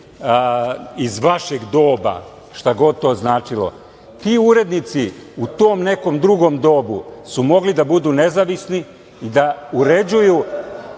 iz vašeg doba, šta god to značilo, ti urednici u tom nekom drugom dobu su mogli da budu nezavisni i da uređuju